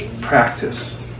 practice